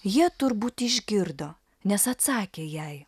jie turbūt išgirdo nes atsakė jai